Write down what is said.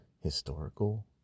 historical